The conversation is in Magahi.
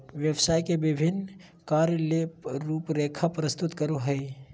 व्यवसाय के विभिन्न कार्य ले रूपरेखा प्रस्तुत करो हइ